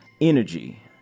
energy